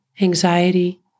anxiety